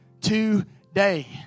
Today